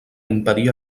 impedir